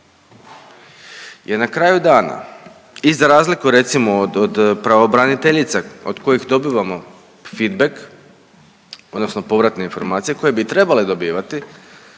Jer na kraju dana i za razliku recimo od, od pravobraniteljica od kojih dobivamo fitbek odnosno povratne informacije koje bi trebale dobivati,